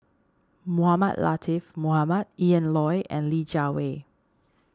Mohamed Latiff Mohamed Ian Loy and Li Jiawei